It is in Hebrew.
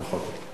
נכון.